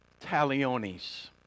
talionis